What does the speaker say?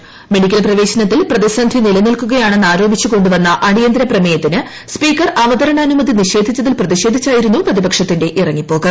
കേരളാ മെഡിക്കൽപ്രവേശനത്തിൽ പ്രതിസന്ധി നിലനിൽക്കുകയാ ണെന്ന് ആരോപിച്ച് കൊണ്ടു വന്ന അടിയന്തരപ്രമേയത്തിന് സ്പീക്കർ അവതരണാനുമതി നിഷേധിച്ചതിൽ പ്രതിഷേധിച്ചായിരുന്നു പ്രതിപക്ഷത്തിന്റെ ഇറങ്ങിപ്പോക്ക്